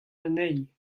anezhi